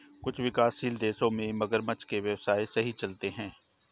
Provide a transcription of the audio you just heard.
कुछ विकासशील देशों में मगरमच्छ के व्यवसाय सही चलते हैं